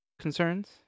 concerns